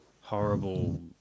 horrible